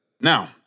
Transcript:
Now